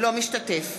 לא משתתף